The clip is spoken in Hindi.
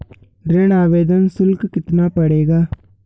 ऋण आवेदन शुल्क कितना पड़ेगा?